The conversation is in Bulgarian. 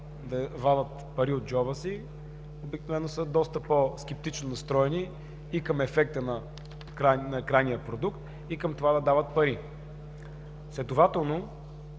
да вадят пари от джоба си, обикновено са доста по-скептично настроени и към ефекта на крайния продукт, и към това да дават пари. Следователно